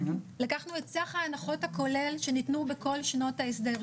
לקחנו את סך ההנחות הכולל שניתנו בכל שנות ההסדר,